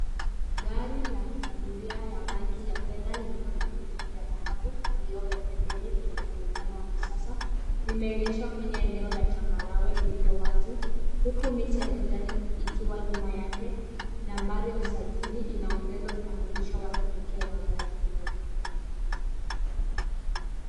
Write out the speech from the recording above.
Gari la abiria la rangi ya fedha lina magurudumu ya dhahabu na vioo vya pembeni vyenye mwonekano wa kisasa limeegeshwa kwenye eneo la changarawe lililo wazi huku miti ya kijani ikiwa nyuma yake. Nambari ya usajili inaongeza utambulisho wa kipekee wa gari hilo.